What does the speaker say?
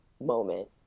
moment